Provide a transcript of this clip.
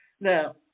Now